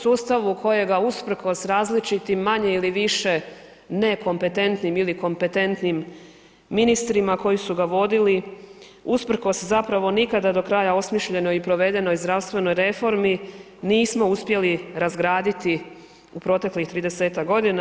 Sustavu kojega usprkos različitim manje ili više nekompetentnim ili kompetentnim ministrima koji su ga vodili usprkos zapravo nikada do kraja osmišljenoj i provedenoj zdravstvenoj reformi nismo uspjeli razgraditi u proteklih 30-tak godina.